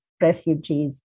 refugees